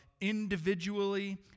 individually